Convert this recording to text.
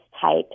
type